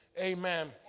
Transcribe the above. Amen